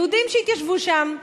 היהודים שהתיישבו שם,